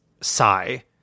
sigh